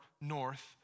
North